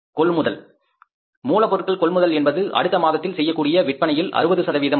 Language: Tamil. கொள்முதல் மூலப் பொருட்கள் கொள்முதல் என்பது அடுத்த மாதத்தில் செய்யக்கூடிய விற்பனையில் 60 ஆகும்